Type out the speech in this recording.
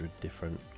different